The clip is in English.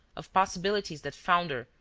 of possibilities that founder,